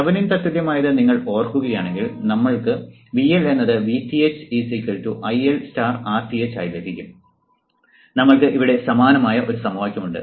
Thevenin തത്തുല്യമായത് നിങ്ങൾ ഓർക്കുകയാണെങ്കിൽ നമ്മൾക്ക് VL എന്നത് Vth IL Rth ആയി ലഭിക്കും നമ്മൾക്ക് ഇവിടെ സമാനമായ ഒരു സമവാക്യമുണ്ട്